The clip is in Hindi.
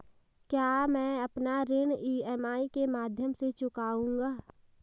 क्या मैं अपना ऋण ई.एम.आई के माध्यम से चुकाऊंगा?